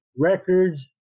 records